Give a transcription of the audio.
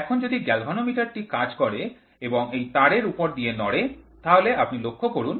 এখন যদি গ্যালভানোমিটার টি কাজ করে এবং এই তারের উপর দিয়ে নড়ে তাহলে আপনি লক্ষ্য করুন